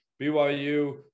BYU